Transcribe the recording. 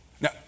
Now